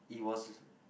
it was